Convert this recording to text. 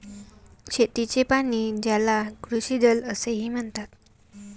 शेतीचे पाणी, ज्याला कृषीजल असेही म्हणतात